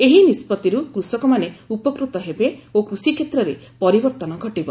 ଏହି ନିଷ୍ପଭିରୁ କୃଷକମାନେ ଉପକୃତ ହେବେ ଓ କୃଷି କ୍ଷେତ୍ରରେ ପରିବର୍ତ୍ତନ ଘଟିବ